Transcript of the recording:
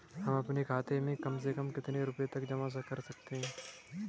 हम अपने खाते में कम से कम कितने रुपये तक जमा कर सकते हैं?